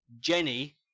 Jenny